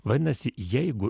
vadinasi jeigu